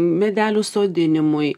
medelių sodinimui